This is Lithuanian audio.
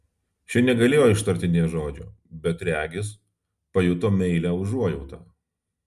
ši negalėjo ištarti nė žodžio bet regis pajuto meilią užuojautą